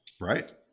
Right